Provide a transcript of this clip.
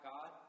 God